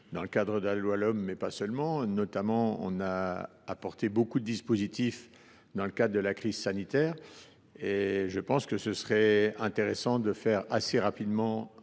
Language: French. dans le cadre de la LOM, mais pas seulement. Nous avons notamment voté beaucoup de dispositifs dans le cadre de la crise sanitaire. Je pense qu’il serait intéressant de faire assez rapidement